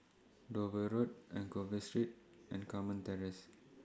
Dover Road Anchorvale Street and Carmen Terrace